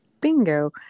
bingo